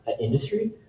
industry